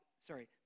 sorry